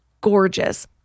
gorgeous